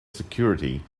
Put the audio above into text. security